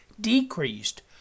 decreased